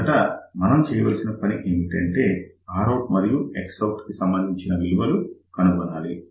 మొదట మనం చేయవలసిన పని ఏంటంటే Rout మరియు Xout సంబంధించిన విలువలు కనుగొనాలి